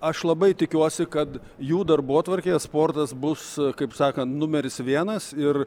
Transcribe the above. aš labai tikiuosi kad jų darbotvarkėje sportas bus kaip sakant numeris vienas ir